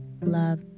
love